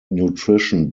nutrition